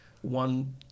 one